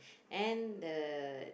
and the